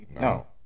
No